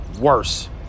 worse